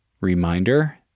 reminder